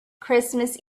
christmas